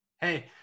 Hey